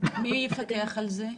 מי יפקח על זה?